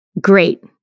Great